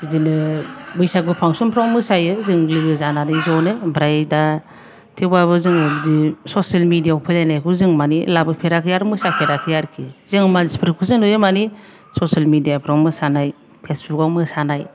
बिदिनो बैसागु फांक्सन फ्राव मोसायो जों लोगो जानानै ज'नो ओमफ्राइ दा थेवबाबो ससियेल मेडिया याव फैलायनायखौ जों मानि लाबोफेराखै आरो मोसाफेराखै आरो जों मानसिफोरखौसो नुयो मानि ससियेल मिडिया फ्राव मोसानाय फेसबुकआव मोसानाय